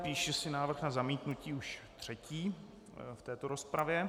Píši si návrh na zamítnutí, už třetí v této rozpravě.